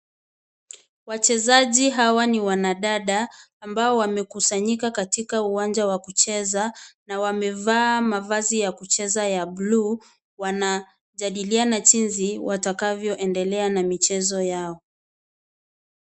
Wachezaji hawa ni wanadada ambao wamekusanyika katika uwanja wa kucheza na wamevaa mavazi ya kucheza ya buluu, wanajadiliana jinsi watakavyoendelea na michezo yao.